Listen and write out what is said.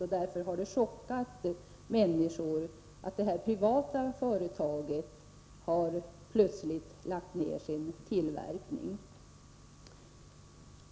Det har därför chockat många människor att det här privata företaget plötsligt lagt ner sin tillverkning.